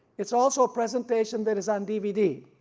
it's also a presentation that is on dvd,